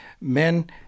men